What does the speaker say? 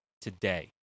today